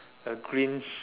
a green